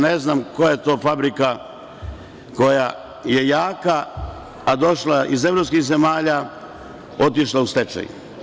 Ne znam koja je to fabrika koja je jaka, a došla iz evropskih zemalja, otišla u stečaj.